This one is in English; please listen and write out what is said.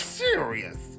serious